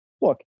Look